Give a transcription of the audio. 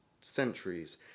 centuries